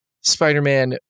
Spider-Man